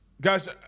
Guys